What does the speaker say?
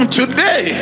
today